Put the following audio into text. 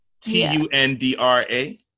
T-U-N-D-R-A